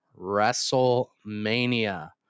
WrestleMania